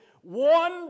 one